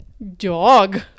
Dog